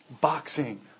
Boxing